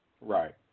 Right